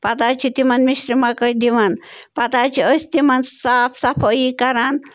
پتہٕ حظ چھِ تِمَن مِشرِ مَکٲے دِوان پتہٕ حظ چھِ أسۍ تِمَن صاف صفٲیی کَران